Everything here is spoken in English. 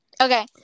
Okay